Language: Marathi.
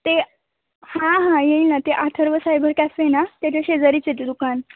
ते हां हां येईल ते अथर्व सायबर कॅफे आहे ना त्याच्या शेजारीच आहे ते दुकान